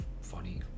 funny